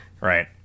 Right